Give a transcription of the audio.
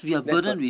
that's what